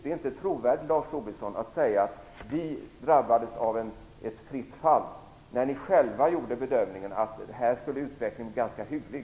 Det är inte trovärdigt, Lars Tobisson, att säga att man drabbades av ett fritt fall. Ni gjorde själva bedömningen att utvecklingen skulle bli ganska hygglig.